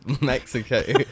Mexico